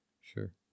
sure